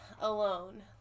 alone